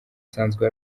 asanzwe